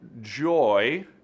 joy